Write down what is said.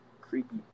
creepy